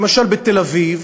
למשל בתל-אביב,